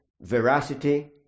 veracity